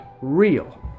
real